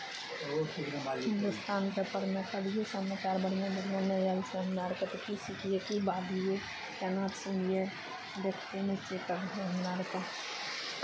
हिन्दुस्तान पेपरमे कभियो समाचार बढ़िआँ बढ़िआँ नहि आयल छै हमरा अरके तऽ की सीखियै की बाजियै केना सुनियै देखिते नहि छियै कभियो हमरा अरकेँ